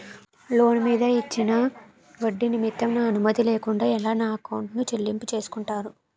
Loan మీద ఇచ్చిన ఒడ్డి నిమిత్తం నా అనుమతి లేకుండా ఎలా నా ఎకౌంట్ నుంచి చెల్లింపు చేసుకుంటారు?